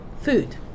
food